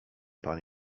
pan